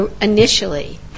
initially